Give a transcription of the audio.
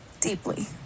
deeply